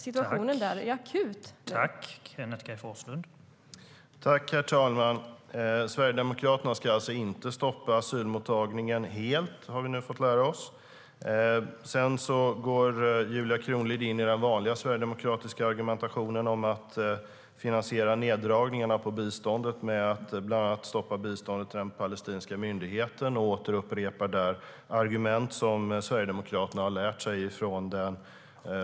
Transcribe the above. Situationen där är akut nu.